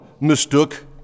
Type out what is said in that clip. mistook